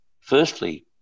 firstly